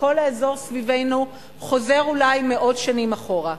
כשכל האזור סביבנו חוזר אולי מאות שנים אחורה,